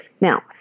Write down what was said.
Now